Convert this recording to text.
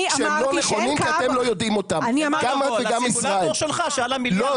כי אנחנו עושים גם תעשייה גם בנייה וגם חקלאות.